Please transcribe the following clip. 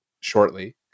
shortly